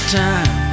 time